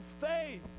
faith